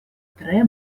tre